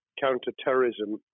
counter-terrorism